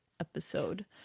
episode